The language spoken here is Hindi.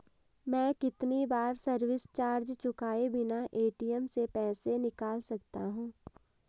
मैं कितनी बार सर्विस चार्ज चुकाए बिना ए.टी.एम से पैसे निकाल सकता हूं?